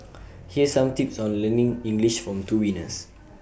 here some tips on learning English from two winners